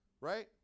Right